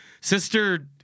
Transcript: sister